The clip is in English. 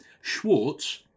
Schwartz